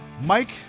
Mike